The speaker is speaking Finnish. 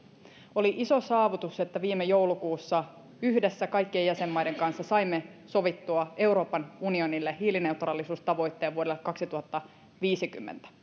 oli iso saavutus että viime joulukuussa yhdessä kaikkien jäsenmaiden kanssa saimme sovittua euroopan unionille hiilineutraalisuustavoitteen vuodelle kaksituhattaviisikymmentä